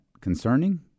concerning